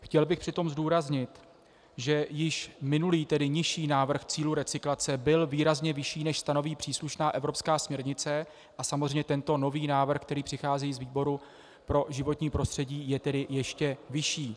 Chtěl bych přitom zdůraznit, že již minulý, tedy nižší návrh cílů recyklace byl výrazně vyšší, než stanoví příslušná evropská směrnice, a samozřejmě tento nový návrh, který přichází z výboru pro životní prostředí, je tedy ještě vyšší.